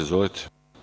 Izvolite.